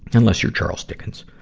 unless you're charles dickens.